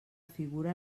figura